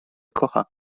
kocha